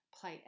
play